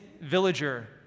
villager